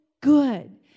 good